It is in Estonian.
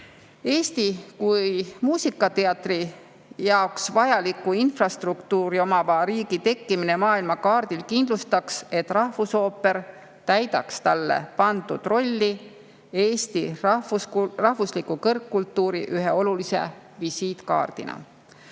kui muusikateatri jaoks vajalikku infrastruktuuri omava riigi tekkimine maailmakaardil kindlustaks, et rahvusooper täidaks talle pandud rolli Eesti rahvusliku kõrgkultuuri ühe olulise visiitkaardina.